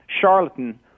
Charlatan